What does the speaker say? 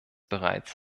bereits